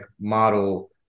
model